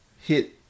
Hit